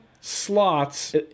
slots